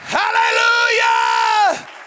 Hallelujah